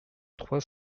trois